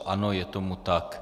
Ano, je tomu tak.